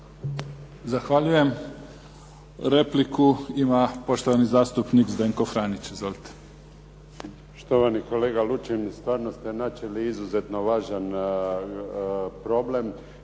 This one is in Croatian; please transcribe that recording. Zahvaljujem. Repliku ima poštovani zastupnik Zdenko Franić.